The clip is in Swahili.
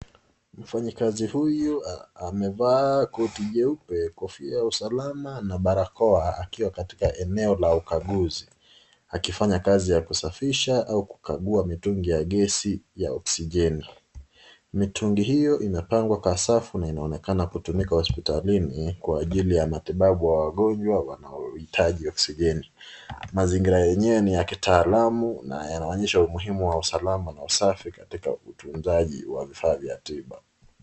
Mfanyikazi huyu amevaa koti jeupe, kofia ya usalama na barakoa akiwa katika eneo la ukaguzi, akifanya kazi ya kusafisha au kukagua mitungi ya gesi ya oksijeni. Mitungi hiyo imepangwa kwa safu na inaonekana kutumika hospitalini kwa ajili ya matibabu ya wagonjwa wanaohitaji oksijeni. Mazingira yenyewe ni ya kitaalamu na yanaonyesha umuhimu wa usalama na usafi katika utunzaji wa vifaa vya kimatibabu.